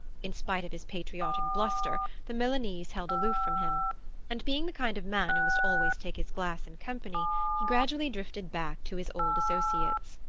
in spite of his patriotic bluster the milanese held aloof from him and being the kind of man who must always take his glass in company he gradually drifted back to his old associates.